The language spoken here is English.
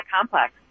complex